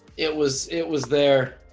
it was it was there